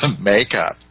makeup